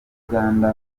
uganda